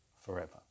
forever